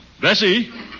Bessie